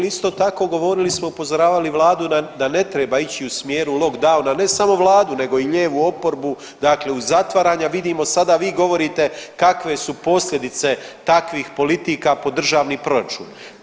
Isto tako govorili i upozoravali Vladu da ne treba ići u smjeru lockdowna, ne samo Vladi nego i lijevu oporbu, dakle uz zatvaranja vidimo, vi govorite kakve su posljedice takvih politika po državni proračun.